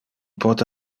pote